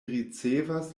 ricevas